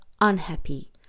unhappy